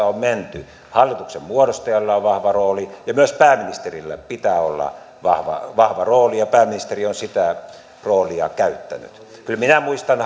on menty hallituksen muodostajalla on vahva rooli ja myös pääministerillä pitää olla vahva vahva rooli ja pääministeri on sitä roolia käyttänyt kyllä minä muistan